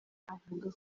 avuga